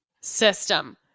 system